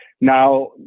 Now